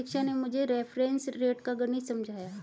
दीक्षा ने मुझे reference rate का गणित समझाया